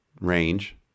range